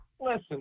Listen